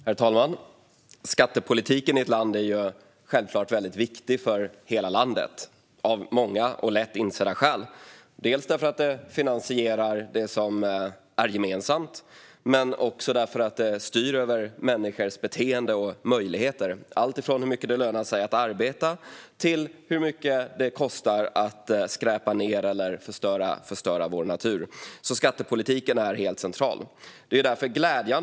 Herr talman! Skattepolitiken i ett land är självklart väldigt viktig för hela landet av många och lätt insedda skäl, dels därför att skatten finansierar det som är gemensamt, dels för att skattepolitiken styr över människors beteende och möjligheter, alltifrån hur mycket det lönar sig att arbeta till hur mycket det kostar att skräpa ned eller förstöra vår natur. Skattepolitiken är alltså helt central.